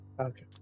Okay